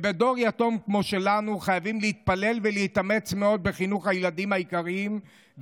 בדור יתום כמו שלנו חייבים להתפלל ולהתאמץ מאוד בחינוך הילדים היקרים,